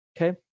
okay